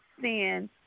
sin